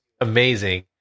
amazing